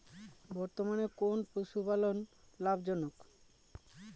বর্তমানে কোন পশুপালন লাভজনক?